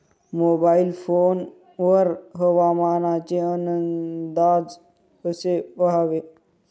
Mobile phone वर हवामानाचे अंदाज कसे पहावे?